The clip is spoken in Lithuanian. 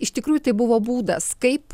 iš tikrųjų tai buvo būdas kaip